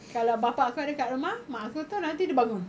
kalau bapa aku ada kat rumah mak aku tu nanti dia bangun